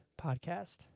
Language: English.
podcast